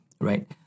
right